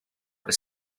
was